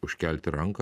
užkelti ranką